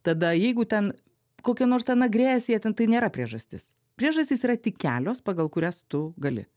tada jeigu ten kokia nors ten agresija ten tai nėra priežastis priežastys yra tik kelios pagal kurias tu gali